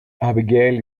abigail